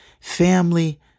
family